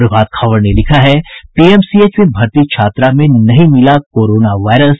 प्रभात खबर ने लिखा है पीएमसीएच में भर्ती छात्रा में नहीं मिला कोरोना वायरस